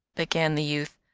began the youth,